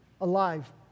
alive